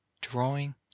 drawing